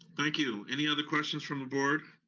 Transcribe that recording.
thank you. any other questions from the board?